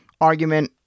argument